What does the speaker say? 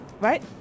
right